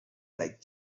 like